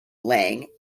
lange